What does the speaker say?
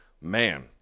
man